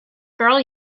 girl